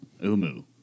Umu